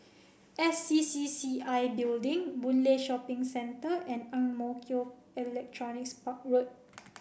S C C C I Building Boon Lay Shopping Centre and Ang Mo Kio Electronics Park Road